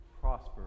prosper